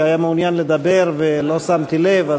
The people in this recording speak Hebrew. שהיה מעוניין לדבר ולא שמתי לב,